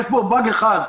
יש בו באג אחד,